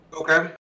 Okay